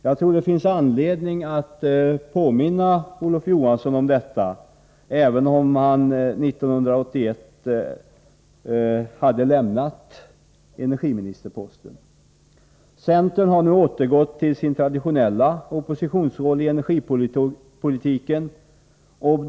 Jag tror det finns anledning att påminna Olof Johansson om detta, även om han 1981 hade lämnat energiministerposten. Centern har nu återgått till sin traditionella oppositionsroll i energipolitiken.